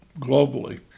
globally